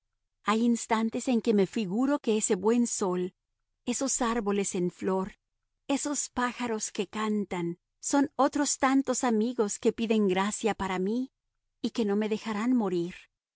hay instantes en que me figuro que ese buen sol esos árboles en flor esos pájaros que cantan son otros tantos amigos que piden gracia para mí y que no me dejarán morir